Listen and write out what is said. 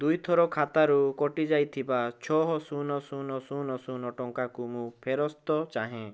ଦୁଇଥର ଖାତାରୁ କଟିଯାଇଥିବା ଛଅ ଶୂନ୍ ଶୂନ୍ ଶୂନ୍ ଶୂନ୍ ଟଙ୍କାକୁ ମୁଁ ଫେରସ୍ତ ଚାହେଁ